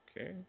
Okay